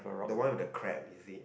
the one with the crab is it